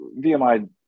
VMI